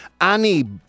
Annie